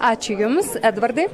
ačiū jums edvardai